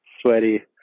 sweaty